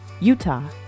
Utah